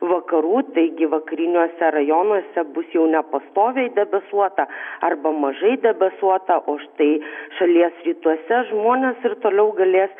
vakarų taigi vakariniuose rajonuose bus jau nepastoviai debesuota arba mažai debesuota o štai šalies rytuose žmonės ir toliau galės